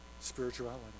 Spirituality